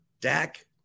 Dak